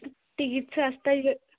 तीर्थ आस्तै